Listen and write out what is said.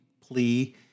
plea